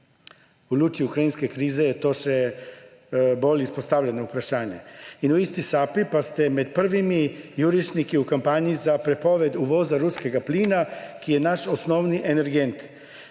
V luči ukrajinske krize je to še bolj izpostavljeno vprašanje. In v isti sapi pa ste med prvimi jurišniki v kampanji za prepoved uvoza ruskega plina, ki je naš osnovni energent.